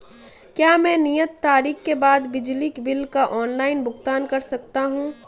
क्या मैं नियत तारीख के बाद बिजली बिल का ऑनलाइन भुगतान कर सकता हूं?